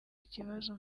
ikibazo